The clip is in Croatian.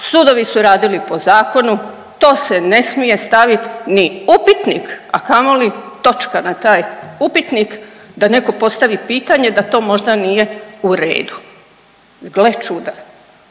Sudovi su radili po zakonu, to se ne smije stavit ni upitnik, a kamoli točka na taj upitnik da netko postavi pitanje da to možda nije u redu. Gle čuda!